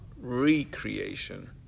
recreation